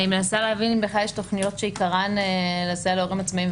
אני מנסה להבין אם בכלל יש תוכניות שעיקרן לסייע להורים עצמאיים,